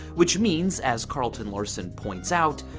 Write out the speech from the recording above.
which means, as carlton larson points out,